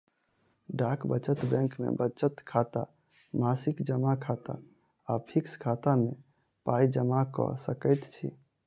डाक बचत बैंक मे बचत खाता, मासिक जमा खाता आ फिक्स खाता मे पाइ जमा क सकैत छी